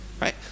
Right